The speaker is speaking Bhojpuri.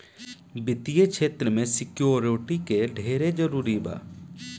वित्तीय क्षेत्र में सिक्योरिटी के ढेरे जरूरी बा